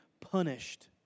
punished